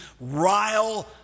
rile